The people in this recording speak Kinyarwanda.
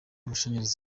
amashanyarazi